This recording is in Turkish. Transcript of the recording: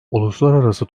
uluslararası